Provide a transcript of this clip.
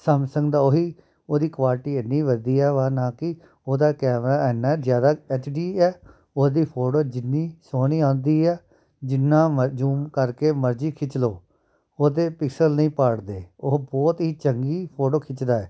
Samsung ਦਾ ਉਹੀ ਉਹਦੀ ਕੁਆਲਿਟੀ ਇੰਨੀ ਵਧੀਆ ਵਾ ਨਾ ਕਿ ਉਹਦਾ ਕੈਮਰਾ ਇੰਨਾਂ ਜ਼ਿਆਦਾ ਐੱਚ ਡੀ ਹੈ ਉਹਦੀ ਫੋਟੋ ਜਿੰਨੀ ਸੋਹਣੀ ਆਉਂਦੀ ਆ ਜਿੰਨਾਂ ਮ ਜੂਮ ਕਰਕੇ ਮਰਜ਼ੀ ਖਿੱਚ ਲਓ ਉਹਦੇ ਪਿਕਸਲ ਨਹੀਂ ਪਾੜਦੇ ਉਹ ਬਹੁਤ ਹੀ ਚੰਗੀ ਫੋਟੋ ਖਿੱਚਦਾ ਹੈ